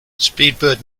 speedbird